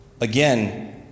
again